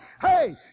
Hey